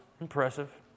Impressive